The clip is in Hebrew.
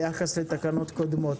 ביחס לתקנות קודמות.